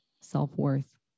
self-worth